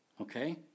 okay